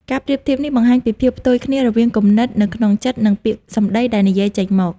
ការប្រៀបធៀបនេះបង្ហាញពីភាពផ្ទុយគ្នារវាង គំនិតនៅក្នុងចិត្ត និង ពាក្យសម្ដីដែលនិយាយចេញមក។